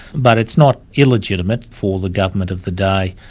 but it's not illegitimate for the government of the day,